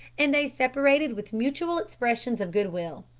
and they separated with mutual expressions of good will.